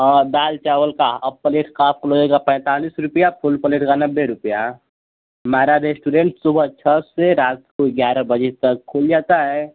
और दाल चावल का हाल्फ़ प्लेट का आपको लगेगा पैंतालीस रुपया फ़ुल प्लेट का नब्बे रुपया हमारा रेसटुरेंट सुबह छ से रात को ग्यारह बजे तक खुल जाता है